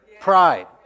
Pride